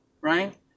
right